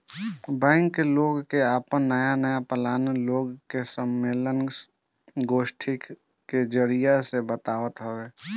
bank लोग के आपन नया नया प्लान लोग के सम्मलेन, गोष्ठी के जरिया से बतावत हवे